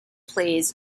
plays